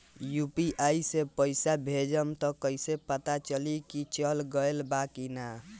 UPI से पइसा भेजम त कइसे पता चलि की चल गेल बा की न?